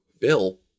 Bill